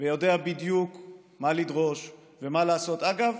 ויודע בדיוק מה לדרוש ומה לעשות, אגב,